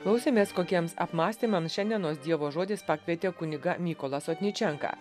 klausėmės kokiems apmąstymams šiandienos dievo žodis pakvietė kunigą mykolą sotničenką